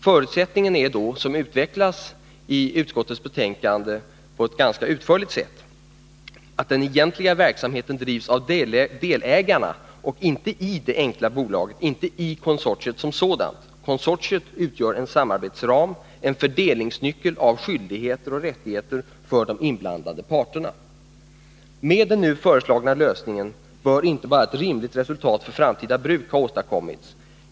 Förutsättningen är — som utskottet på ett ganska utförligt sätt utvecklar i sitt betänkande — att den egentliga verksamheten drivs av delägarna och inte i det enkla bolaget, inte i konsortiet som sådant. Konsortiet utgör en samarbetsram, en fördelningsnyckel av skyldigheter och rättigheter för de inblandade parterna. Med den nu föreslagna lösningen bör inte bara ett rimligt resultat för framtida bruk ha åstadkommits.